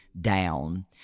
down